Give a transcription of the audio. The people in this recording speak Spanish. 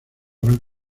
gran